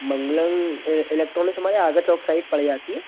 मंगलम electronic से हमारी आगे चौक साइट पड़ जाती है